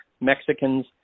Mexicans